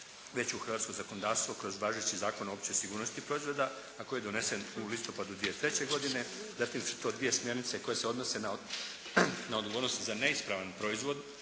već u hrvatsko zakonodavstvo kroz važeći Zakon o općoj sigurnosti proizvoda, a koji je donesen u listopadu 2003. godine. Zatim su tu dvije smjernice koje se odnose na odgovornosti za neispravan proizvod